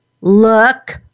Look